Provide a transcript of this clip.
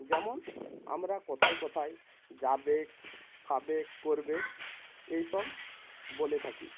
যেমন আমরা কথায় কথায় যাবেক খাবেক কোরবেক এই সব বলে থাকি